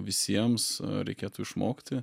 visiems reikėtų išmokti